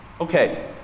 Okay